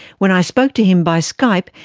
when i spoke to him by skype,